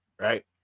Right